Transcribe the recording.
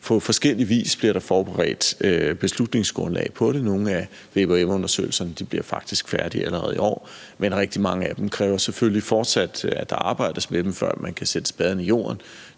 forberedt. Der bliver forberedt beslutningsgrundlag på det. Nogle af vvm-undersøgelserne bliver faktisk færdige allerede i år, men rigtig mange af dem kræver selvfølgelig fortsat, at der arbejdes med dem, før man kan sætte spaden i jorden.